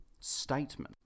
statement